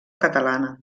catalana